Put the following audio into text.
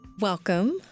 Welcome